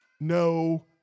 no